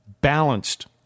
balanced